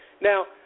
Now